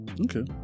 Okay